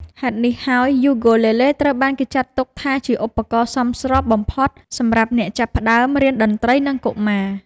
ហេតុនេះហើយ យូគូលេលេត្រូវបានគេចាត់ទុកថាជាឧបករណ៍សមស្របបំផុតសម្រាប់អ្នកចាប់ផ្តើមរៀនតន្ត្រី និងកុមារ។